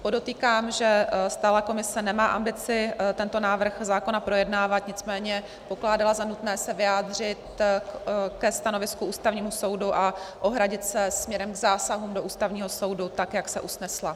Podotýkám, že stálá komise nemá ambici tento návrh zákona projednávat, nicméně pokládala za nutné se vyjádřit ke stanovisku Ústavního soudu a ohradit se směrem k zásahům do Ústavního soudu tak, jak se usnesla.